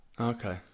Okay